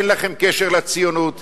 אין לכם קשר לציונות,